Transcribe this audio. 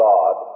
God